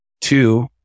Two